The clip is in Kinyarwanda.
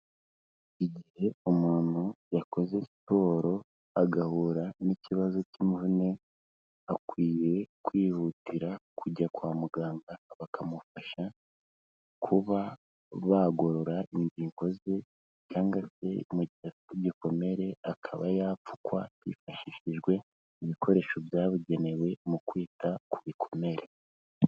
Igihe umuntu yakoze siporo agahura n'ikibazo cy'imvune, akwiye kwihutira kujya kwa muganga bakamufasha kuba bagorora ingingo ze cyangwa se mugihe afite gikomere akaba yapfukwa, hifashishijwe ibikoresho byabugenewe mu kwita ku bikomere.